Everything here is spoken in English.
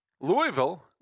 Louisville